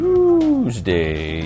Tuesday